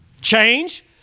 change